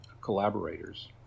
collaborators